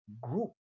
Group